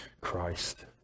Christ